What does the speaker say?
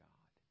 God